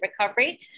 recovery